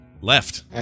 left